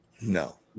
No